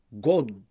God